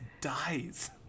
dies